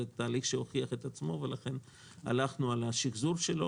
זה תהליך שהוכיח את עצמו ולכן הלכנו על השחזור שלו,